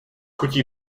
chutí